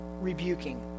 rebuking